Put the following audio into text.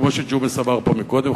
כמו שג'ומס אמר פה קודם,